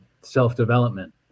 self-development